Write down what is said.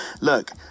Look